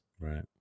Right